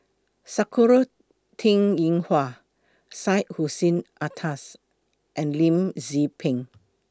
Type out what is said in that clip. Sakura Teng Ying Hua Syed Hussein Alatas and Lim Tze Peng